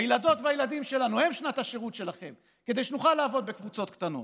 הילדות והילדים שלנו הם שנת השירות שלכם כדי שנוכל לעבוד בקבוצות קטנות.